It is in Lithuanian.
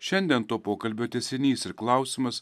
šiandien to pokalbio tęsinys ir klausimas